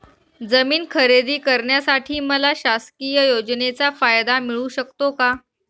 जमीन खरेदी करण्यासाठी मला शासकीय योजनेचा फायदा मिळू शकतो का?